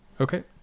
Okay